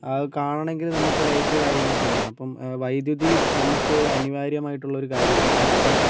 അത് കാണണമെങ്കിൽ നമുക്ക് ലൈറ്റ് കാര്യങ്ങളൊക്കെ വേണം അപ്പം വൈദ്യുതി നമുക്ക് ഒരു അനിവാര്യമായിട്ടുള്ളൊരു കാര്യമാണ് ഇപ്പം നമ്മുടെ